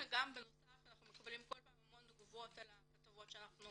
בנוסף אנחנו מקבלים המון תגובות על הכתבות שאנחנו